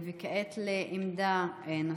כעת לעמדה נוספת,